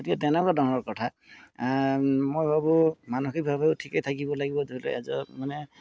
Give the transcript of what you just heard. গতিকে তেনেকুৱা ধৰণৰ কথা মই ভাবোঁ মানসিকভাৱেও ঠিকে থাকিব লাগিব ধৰি লওক এজন মানে